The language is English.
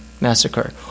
Massacre